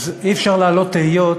אי-אפשר שלא להעלות תהיות